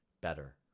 better